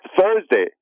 Thursday